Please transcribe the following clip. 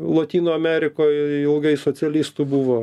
lotynų amerikoj ilgai socialistu buvo